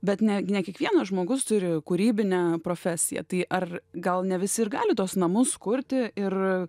bet net ne kiekvienas žmogus turi kūrybinę profesiją tai ar gal ne visi ir gali tuos namus kurti ir